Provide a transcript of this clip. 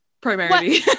primarily